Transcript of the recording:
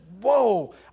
whoa